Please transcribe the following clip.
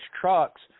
trucks